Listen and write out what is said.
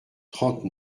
trente